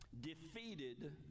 defeated